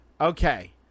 Okay